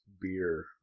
beer